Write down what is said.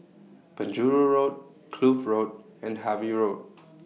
Penjuru Road Kloof Road and Harvey Road